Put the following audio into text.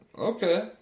Okay